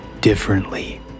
differently